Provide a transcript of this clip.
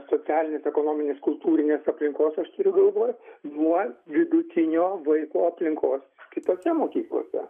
socialinės ekonominės kultūrinės aplinkos aš turiu galvoj nuo vidutinio vaiko aplinkos kitose mokyklose